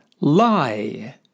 lie